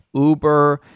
uber,